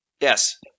yes